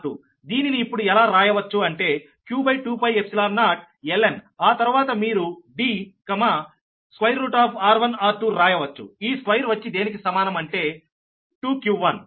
దీనిని ఇప్పుడు ఎలా రాయవచ్చు అంటే q2π0ln ఆ తరువాత మీరు Dr1 r2రాయవచ్చు ఈ స్క్వేర్ వచ్చి దేనికి సమానం అంటే 2 q1